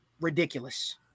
ridiculous